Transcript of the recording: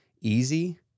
easy